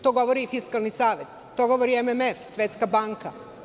To govori i Fiskalni savet, to govori MMF, Svetska banka.